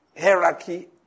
hierarchy